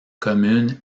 commune